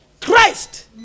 Christ